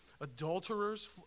adulterers